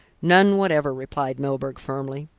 none whatever, replied milburgh firmly.